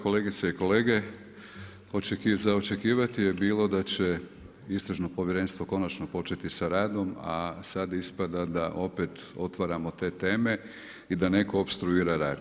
Kolegice i kolege, za očekivati je bilo da će Istražno povjerenstvo konačno početi sa radom a sad ispada da opet otvaramo te teme i da neko opstruira rad.